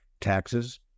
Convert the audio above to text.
Taxes